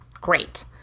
Great